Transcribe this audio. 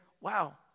wow